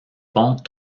pont